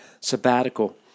sabbatical